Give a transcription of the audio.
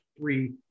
three